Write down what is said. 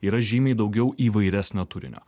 yra žymiai daugiau įvairesnio turinio